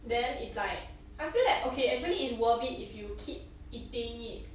then it's like I feel like okay actually is worth it if you keep eating it